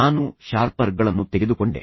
ನಾನು ಶಾರ್ಪನರ್ಗಳನ್ನು ತೆಗೆದುಕೊಂಡೆ